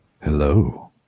Hello